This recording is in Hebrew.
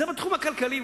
זה בתחום הכלכלי.